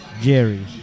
Jerry